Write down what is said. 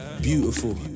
beautiful